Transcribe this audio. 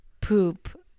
poop